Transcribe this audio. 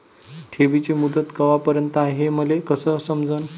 ठेवीची मुदत कवापर्यंत हाय हे मले कस समजन?